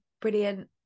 brilliant